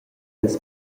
ins